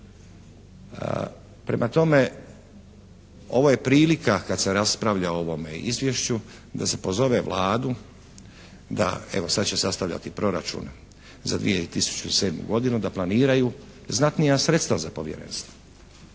Prema tome, ovo je prilika, kad se raspravlja o ovome Izvješću, da se pozove Vladu da, evo sad će sastavljati Proračun za 2007. godinu, da planiraju znatnija sredstva za Povjerenstvo.